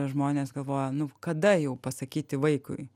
žmonės galvoja nu kada jau pasakyti vaikui